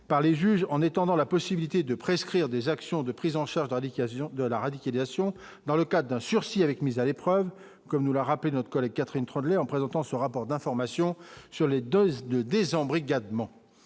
par les juges en étendant la possibilité de prescrire des actions de prise en charge d'indications de la radicalisation dans le cas d'un sursis avec mise à l'épreuve, comme nous l'a rappelé notre collègue Catherine Tremblay en présentant ce rapport d'information sur les 2 2 des embrigadement